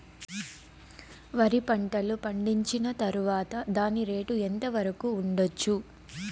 వరి పంటలు పండించిన తర్వాత దాని రేటు ఎంత వరకు ఉండచ్చు